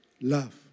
love